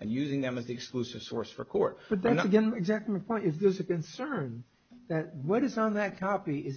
and using them as exclusive source for court but then again the exact reply is there's a concern that what is on that copy i